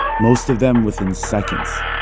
most of them within seconds.